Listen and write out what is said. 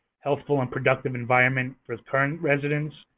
helpful, and productive environment for the current residents,